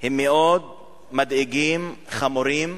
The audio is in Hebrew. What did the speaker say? הם מאוד מדאיגים, חמורים,